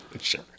Sure